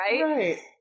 Right